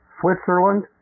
Switzerland